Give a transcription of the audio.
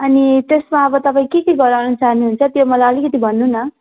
अनि त्यसमा अब तपाईँ के के गराउनु चाहनु हुन्छ त्यो मलाई अलिकति भन्नुहोस् न